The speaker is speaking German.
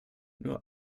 nur